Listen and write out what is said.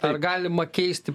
ar galima keisti